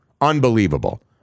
Unbelievable